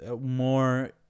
More